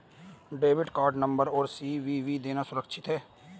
Debit card number और CVV देना सुरक्षित है?